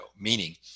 meaning